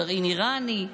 גרעין איראני.